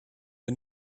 der